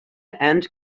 and